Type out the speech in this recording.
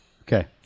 Okay